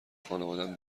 خانوادهام